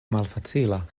malfacila